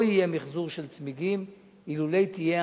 לא יהיה מיחזור של צמיגים אם לא תהיה